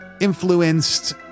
influenced